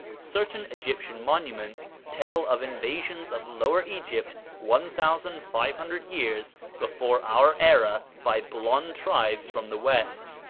certain egyptian monuments tell of invasions of lower egypt one thousand five hundred years before our era by blond tribes from the west.